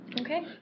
Okay